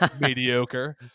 mediocre